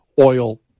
oil